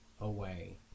away